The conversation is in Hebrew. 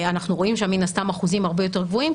אנחנו רואים שם מן הסתם אחוזים הרבה יותר גבוהים,